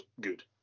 good